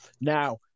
Now